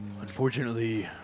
Unfortunately